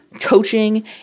coaching